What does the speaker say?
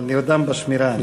אבל נרדם בשמירה.